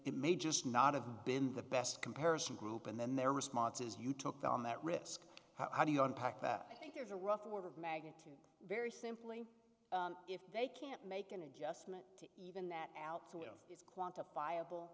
it may just not have been the best comparison group and then their responses you took on that risk how do you unpack that i think there's a rough world of magnitude very simply if they can't make an adjustment to even that out so it is quantifiable